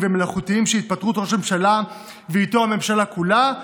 ומלאכותיים של התפטרות ראש מממשלה ואיתו הממשלה כולה,